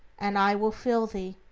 and i will fill thee.